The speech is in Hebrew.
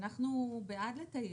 אנחנו בעד לטייב.